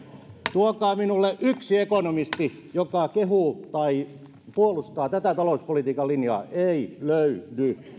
tuokaa minulle yksi ekonomisti joka kehuu tai puolustaa tätä talouspolitiikan linjaa ei löydy